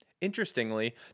Interestingly